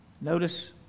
Notice